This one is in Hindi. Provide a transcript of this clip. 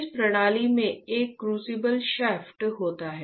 इस प्रणाली में एक क्रूसिबल शाफ्ट होता है